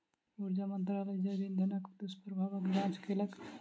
ऊर्जा मंत्रालय जैव इंधनक दुष्प्रभावक जांच केलक